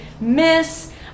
miss